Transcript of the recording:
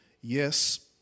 Yes